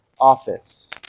office